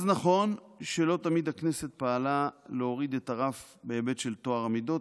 אז נכון שלא תמיד הכנסת פעלה להוריד את הרף בהיבט של טוהר המידות.